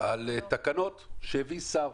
על תקנות שהביא שר